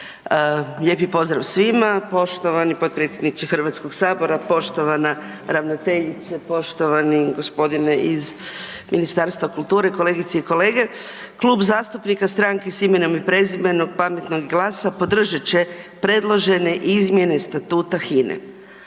Lijepi pozdrav svima, poštovani potpredsjedniče Hrvatskog sabora, poštovana ravnateljice, poštovani gospodine iz Ministarstva kulture, kolegice i kolege, Klub zastupnika Stranke s imenom i prezimenom, Pametnog i GLAS-a podržat će predložene izmjene statuta HINE.